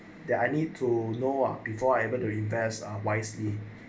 that I need to know ah before able to invest wisely